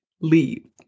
leave